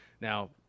Now